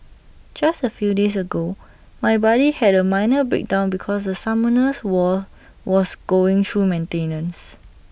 just A few days ago my buddy had A minor breakdown because Summoners war was going through maintenance